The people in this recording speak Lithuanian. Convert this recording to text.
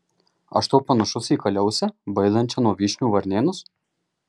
aš tau panašus į kaliausę baidančią nuo vyšnių varnėnus